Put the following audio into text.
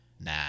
Nah